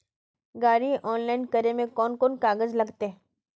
गाड़ी ऑनलाइन करे में कौन कौन कागज लगते?